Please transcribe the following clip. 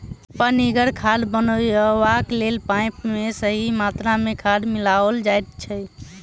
पनिगर खाद बनयबाक लेल पाइन मे सही मात्रा मे खाद मिलाओल जाइत छै